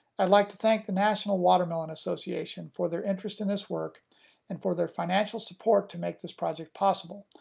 i'd like to thank the national watermelon association for their interest in this work and for their financial support to make this project possible,